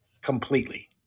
completely